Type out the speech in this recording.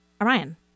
Orion